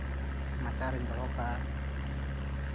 ᱢᱟᱪᱟᱨᱮᱧ ᱫᱚᱦᱚ ᱠᱟᱜᱼᱟ